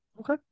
Okay